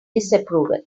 disapproval